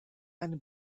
eine